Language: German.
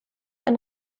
ein